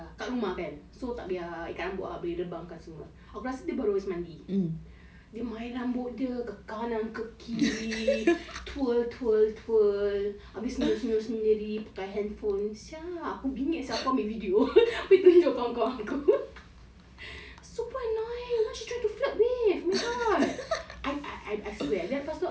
to react on the on the reactions lah ada budak perempuan ni err kat rumah kan so tak payah ikat rambut ah boleh rembang kan semua aku rasa dia baru habis mandi dia main rambut dia kanan ke kiri twirl twirl twirl abeh senyum-senyum sendiri kat handphone eh [sial] ah aku bingit sia aku ambil video abeh aku tunjuk kawan-kawan aku